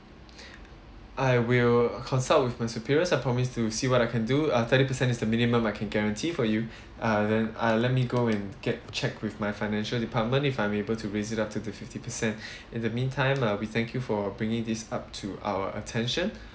I will consult with my superiors I promise to see what I can do a thirty percent is the minimum I can guarantee for you uh then ah let me go and get check with my financial department if I'm able to raise it up to the fifty percent in the meantime we thank you for bringing this up to our attention